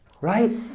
Right